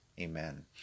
amen